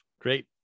Great